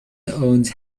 owns